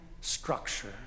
structure